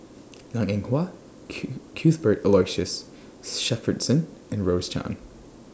Liang Eng Hwa Q Cuthbert Aloysius Shepherdson and Rose Chan